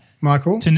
Michael